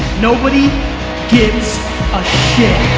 nobody gives a shit.